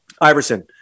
Iverson